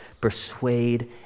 persuade